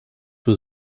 was